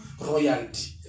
royalty